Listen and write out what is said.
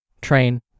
train